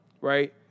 right